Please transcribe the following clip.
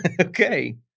Okay